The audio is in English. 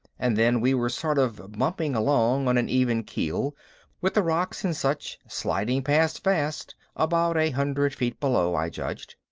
and then we were sort of bumping along on an even keel with the rocks and such sliding past fast about a hundred feet below, i judged.